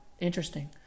Interesting